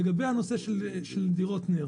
לגבי דירות נ"ר